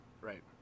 Right